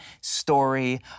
story